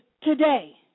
today